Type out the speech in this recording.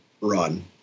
run